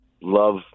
love